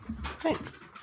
Thanks